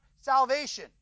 salvation